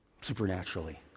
supernaturally